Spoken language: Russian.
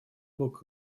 бок